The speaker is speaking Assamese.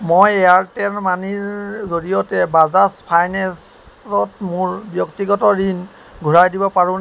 মই এয়াৰটেল মানিৰ জৰিয়তে বাজাজ ফাইনেন্সত মোৰ ব্যক্তিগত ঋণ ঘূৰাই দিব পাৰো